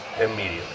immediately